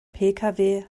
pkw